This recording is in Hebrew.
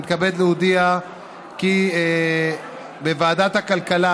אני מתכבד להודיע כי בוועדת הכלכלה,